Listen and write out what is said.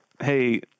hey